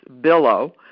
billow